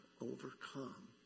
overcome